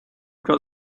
got